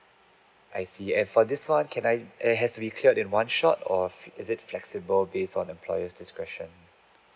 I see and for this one can I has to be cleared in one shot or is it flexible based on employer's discretion